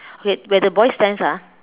okay where the boy stands ah